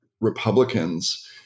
Republicans